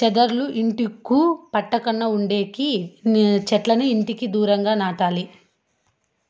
చెదలు ఇళ్లకు పట్టకుండా ఉండేకి సెట్లు ఇంటికి దూరంగా పెంచాలి